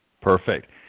Perfect